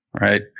Right